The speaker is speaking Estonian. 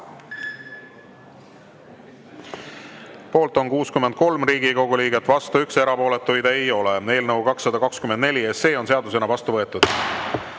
Poolt on 63 Riigikogu liiget, vastu 1, erapooletuid ei ole. Eelnõu 224 on seadusena vastu võetud.